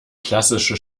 klassische